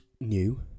new